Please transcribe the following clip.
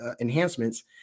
enhancements